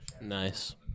Nice